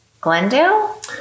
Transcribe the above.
Glendale